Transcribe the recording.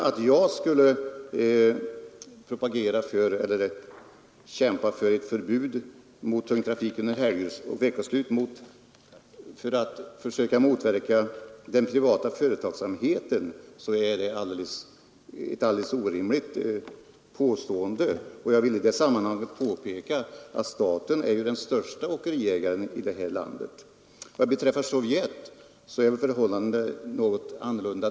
Att jag skulle kämpa för ett förbud mot tung trafik under helgerna och veckosluten för att försöka motverka den privata företagsamheten är ett alldeles orimligt påstående. Jag vill i det sammanhanget påpeka att staten ju är den största åkeriägaren i detta land. Förhållandena i Sovjet är något annorlunda.